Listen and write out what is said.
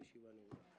הישיבה נעולה.